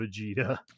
Vegeta